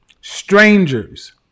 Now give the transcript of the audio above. Strangers